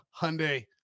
Hyundai